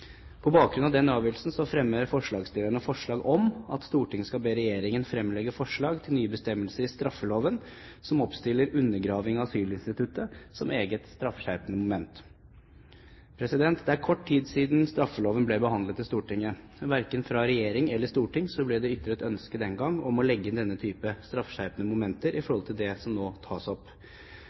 På bakgrunn av denne avgjørelsen fremmer forslagsstillerne forslag om at Stortinget skal be regjeringen «fremlegge forslag til nye bestemmelser i straffeloven som oppstiller «undergraving av asylinstituttet» som eget straffskjerpende moment». Det er kort tid siden straffeloven ble behandlet i Stortinget. Verken fra regjering eller storting ble det den gang ytret ønske om å legge inn denne type straffeskjerpende momenter i forhold til det som nå tas opp.